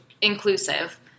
inclusive